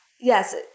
Yes